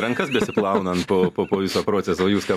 rankas besiplaunant po po po viso proceso o jūs ten